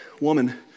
Woman